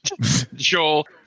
Joel